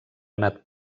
anat